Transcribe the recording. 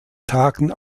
tagen